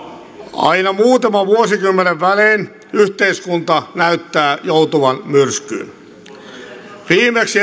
aina muutaman vuosikymmenen välein yhteiskunta näyttää joutuvan myrskyyn viimeksi